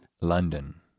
London